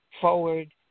forward